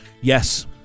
Yes